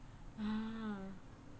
ah